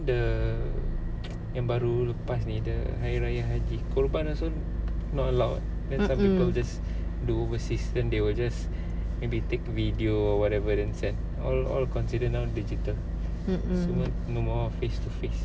the yang baru lepas hari raya haji korban also not allowed then some people just do overseas then they will just maybe take video or whatever then send all all consider now digital human no more face to face